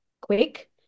quick